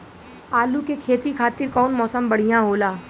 आलू के खेती खातिर कउन मौसम बढ़ियां होला?